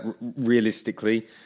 realistically